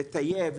לטייב,